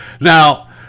Now